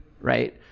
right